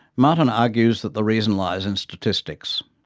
marten argues that the reason lies in statistics.